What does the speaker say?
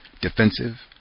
defensive